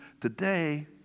Today